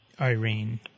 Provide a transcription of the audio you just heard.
Irene